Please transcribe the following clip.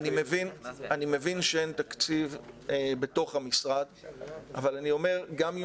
אני מבין שאין תקציב בתוך המשרד אבל אני אומר שגם אם